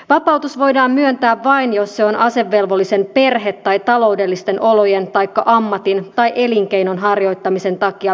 vapautus voidaan myöntää vain jos se on asevelvollisen perhe tai taloudellisten olojen taikka ammatin tai elinkeinonharjoittamisen takia välttämätön